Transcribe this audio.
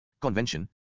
Convention